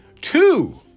Two